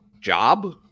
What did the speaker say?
job